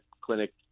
clinic